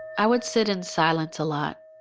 i would sit in silence a lot